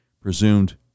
presumed